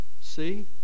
see